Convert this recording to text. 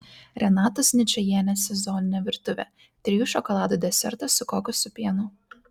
renatos ničajienės sezoninė virtuvė trijų šokoladų desertas su kokosų pienu